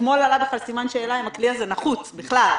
אתמול עלה סימן שאלה אם הכלי הזה נחוץ בכלל,